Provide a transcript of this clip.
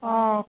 অঁ